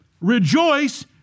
rejoice